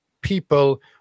people